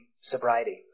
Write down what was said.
sobriety